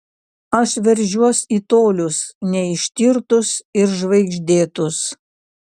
aš veržiuos į tolius neištirtus ir žvaigždėtus